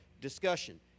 discussion